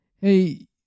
hey